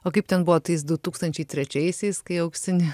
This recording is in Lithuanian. o kaip ten buvo tais du tūkstančiai trečiaisiais kai auksinį